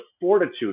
fortitude